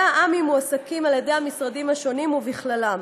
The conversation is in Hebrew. אנשי עמ"י מועסקים על ידי המשרדים השונים, ובכללם